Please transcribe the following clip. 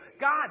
God